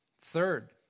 Third